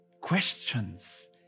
questions